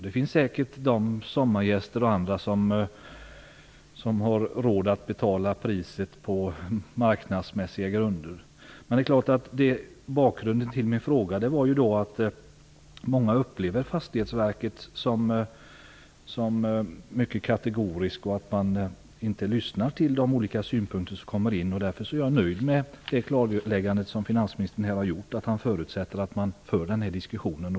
Det finns säkert sommargäster och andra som har råd att betala ett pris på marknadsmässiga grunder. Men bakgrunden till min fråga var att många upplever Fastighetsverket som mycket kategoriskt. Man lyssnar inte till de olika synpunkter som kommer in. Jag är nöjd med det klarläggande som finansministern har gjort att han förutsätter att man för den här diskussionen.